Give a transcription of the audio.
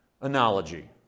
analogy